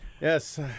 Yes